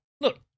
look